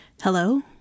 Hello